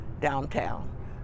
downtown